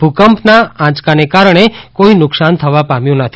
ભૂકંપના આંચકાને કારણે કોઇ નુકશાન થવા પામ્યું નથી